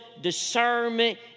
discernment